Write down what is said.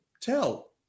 tell